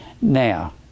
Now